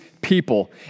people